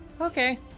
Okay